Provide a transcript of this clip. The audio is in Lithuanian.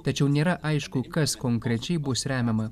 tačiau nėra aišku kas konkrečiai bus remiama